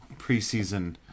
preseason